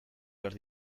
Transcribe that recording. behar